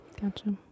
Gotcha